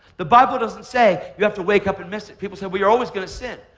the bible doesn't say you have to wake up and miss it. people say, well, you're always going to sin,